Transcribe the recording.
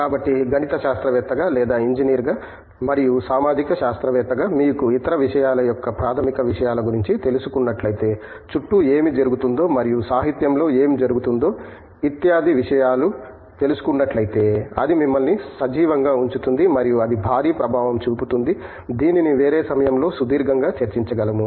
కాబట్టి గణిత శాస్త్రవేత్తగా లేదా ఇంజనీర్గా మరియు సామాజిక శాస్త్రవేత్తగా మీకు ఇతర విషయాల యొక్క ప్రాథమిక విషయాల గురించి తెలుసుకున్నట్లైతే చుట్టూ ఏమి జరుగుతుందో మరియు సాహిత్యంలో ఏమి జరుగుతుందో ఇత్యాది విషయాలు తెలుసుకున్నట్లైతే అది మిమ్మల్ని సజీవంగా ఉంచుతుంది మరియు అది భారీ ప్రభావం చూపుతుంది దీనిని వేరే సమయంలో సుదీర్ఘంగా చర్చించగలము